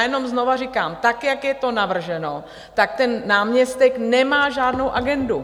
Jenom znovu říkám: Tak, jak je to navrženo, ten náměstek nemá žádnou agendu.